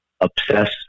obsess